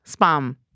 Spam